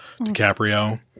DiCaprio